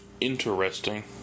Interesting